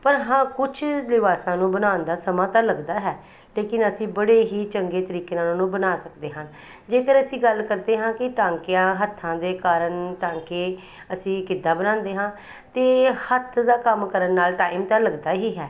ਪਰ ਹਾਂ ਕੁਛ ਲਿਬਾਸਾਂ ਨੂੰ ਬਣਾਉਣ ਦਾ ਸਮਾਂ ਤਾਂ ਲੱਗਦਾ ਹੈ ਲੇਕਿਨ ਅਸੀਂ ਬੜੇ ਹੀ ਚੰਗੇ ਤਰੀਕੇ ਨਾਲ ਉਹਨਾਂ ਨੂੰ ਬਣਾ ਸਕਦੇ ਹਾਂ ਜੇਕਰ ਅਸੀਂ ਗੱਲ ਕਰਦੇ ਹਾਂ ਕਿ ਟਾਂਕਿਆਂ ਹੱਥਾਂ ਦੇ ਕਾਰਨ ਟਾਂਕੇ ਅਸੀਂ ਕਿੱਦਾਂ ਬਣਾਉਂਦੇ ਹਾਂ ਤਾਂ ਹੱਥ ਦਾ ਕੰਮ ਕਰਨ ਨਾਲ ਟਾਈਮ ਤਾਂ ਲੱਗਦਾ ਹੀ ਹੈ